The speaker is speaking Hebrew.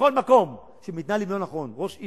בכל מקום שמתנהלים לא נכון, ראש עיר,